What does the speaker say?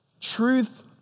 Truth